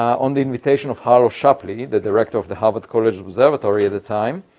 on the invitation of harlow shapley, the director of the harvard college observatory at the time.